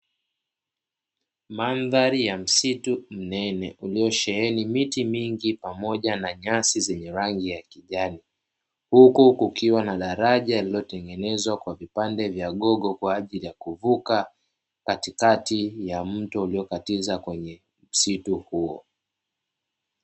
Mandhari ya msitu mnene uliosheheni miti mingi pamoja na nyasi zenye rangi ya kijani, huku kukiwa na daraja lililotengenezwa kwa vipande vya gogo kwa ajili ya kuvuka katikati ya mto uliokatiza kwenye msitu huo.